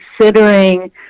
considering